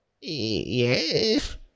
Yes